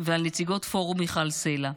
ועל נציגות פורום מיכל סלה.